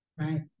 Right